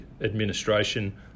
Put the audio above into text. administration